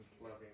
loving